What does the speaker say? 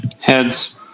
Heads